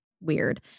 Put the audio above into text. weird